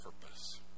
purpose